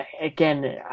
again